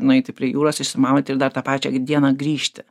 nueiti prie jūros išsimaudyti ir dar tą pačią dieną grįžti